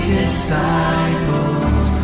disciples